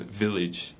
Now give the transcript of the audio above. village